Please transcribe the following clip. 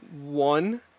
one